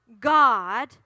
God